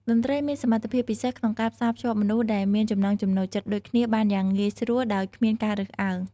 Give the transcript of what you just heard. តន្ត្រីមានសមត្ថភាពពិសេសក្នុងការផ្សារភ្ជាប់មនុស្សដែលមានចំណង់ចំណូលចិត្តដូចគ្នាបានយ៉ាងងាយស្រួលដោយគ្មានការរើសអើង។